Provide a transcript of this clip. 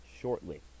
shortly